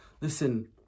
Listen